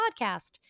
podcast